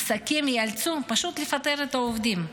עסקים ייאלצו פשוט לפטר את העובדים,